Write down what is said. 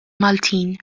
maltin